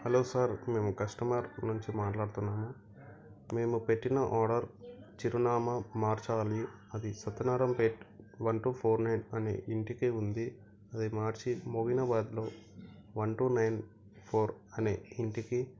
hello sir మేము customer నుంచి మాట్లాడుతున్నాం మేము పెట్టిన ఆర్డర్ చిరునామా మార్చాలి అది Satyanarayana Peta one two four nine అనే ఇంటికిఉంది అది మార్చి మోయినాబాద్లో వన్ టూ నైన్ ఫోర్ అనే ఇంటికి